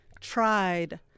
tried